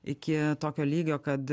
iki tokio lygio kad